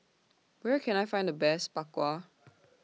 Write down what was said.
Where Can I Find The Best Bak Kwa